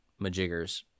majiggers